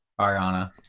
Ariana